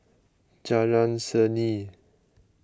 Jalan Seni